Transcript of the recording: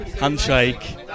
Handshake